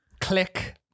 Click